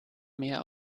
mehr